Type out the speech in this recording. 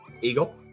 Eagle